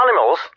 animals